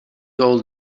old